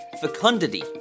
fecundity